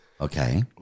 Okay